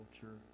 culture